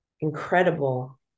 incredible